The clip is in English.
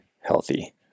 healthy